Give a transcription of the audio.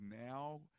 now